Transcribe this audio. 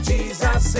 Jesus